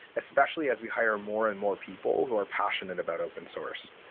especially as we hire more and more people who are passionate about open-source.